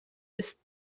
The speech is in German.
ist